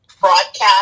broadcast